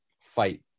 fight